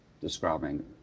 describing